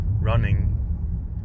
running